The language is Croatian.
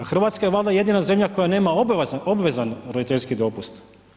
Hrvatska je valjda jedina zemlja koja nema obvezan roditeljski dopust.